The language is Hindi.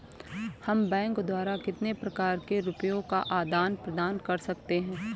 हम बैंक द्वारा कितने प्रकार से रुपये का आदान प्रदान कर सकते हैं?